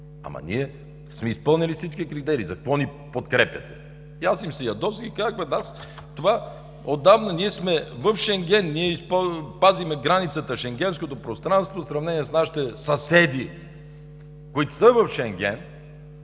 Ама ние сме изпълнили всички критерии, за какво ни подкрепяте? И аз им се ядосах и казах: „Отдавна ние сме в Шенген. Ние пазим прекрасно границата – Шенгенското пространство, в сравнение с нашите съседи, които са в Шенген.